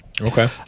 okay